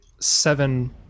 seven